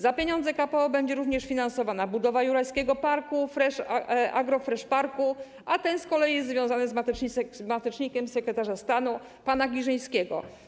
Za pieniądze z KPO będzie również finansowana budowa Jurajskiego Agro Fresh Parku, a ten z kolei jest związany z matecznikiem sekretarza stanu pana Giżyńskiego.